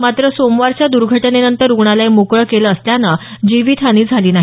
मात्र सोमवारच्या दुर्घटनेनंतर रुग्णालय मोकळं केलं असल्यानं जीवितहानी झाली नाही